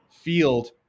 field